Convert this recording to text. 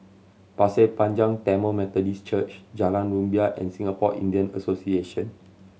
Pasir Panjang Tamil Methodist Church Jalan Rumbia and Singapore Indian Association